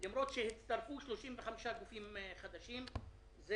למרות שהצטרפו 35 גופים חדשים.